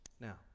now